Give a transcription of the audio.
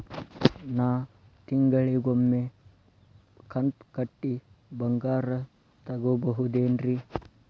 ನಾ ತಿಂಗಳಿಗ ಒಮ್ಮೆ ಕಂತ ಕಟ್ಟಿ ಬಂಗಾರ ತಗೋಬಹುದೇನ್ರಿ?